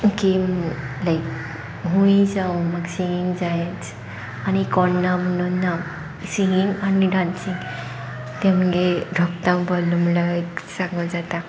game लायक खूंयीय जावं म्हाक सिंगींग जायच आनी कोण ना म्हणून ना सिंगींग आनी डांसींग तें मुगे रोगतां भोरलो म्हुणल्यार एक सांगो जाता